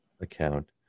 account